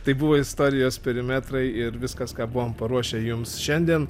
tai buvo istorijos perimetrai ir viskas ką buvom paruošę jums šiandien